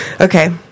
Okay